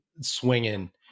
swinging